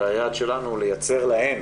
והיעד שלנו לייצר להן,